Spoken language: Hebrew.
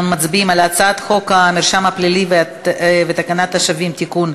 אנחנו מצביעים על הצעת חוק המרשם הפלילי ותקנת השבים (תיקון,